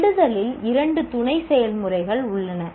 இடுதலில் இரண்டு துணை செயல்முறைகள் உள்ளன